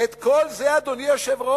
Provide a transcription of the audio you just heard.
את כל זה, אדוני היושב-ראש,